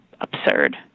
absurd